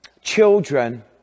children